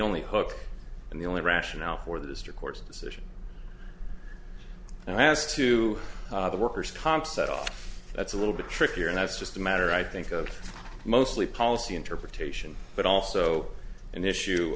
only hook and the only rationale for the district court's decision and as to the workers comp set off that's a little bit trickier and that's just a matter i think of mostly policy interpretation but also an issue